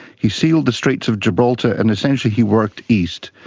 he sealed the straits of gibraltar and essentially he worked east.